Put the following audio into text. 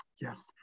Yes